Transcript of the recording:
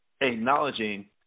Acknowledging